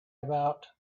about